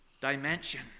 dimension